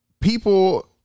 People